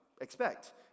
expect